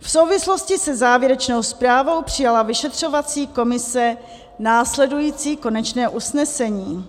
V souvislosti se závěrečnou zprávou přijala vyšetřovací komise následující konečné usnesení: